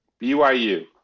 byu